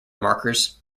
markers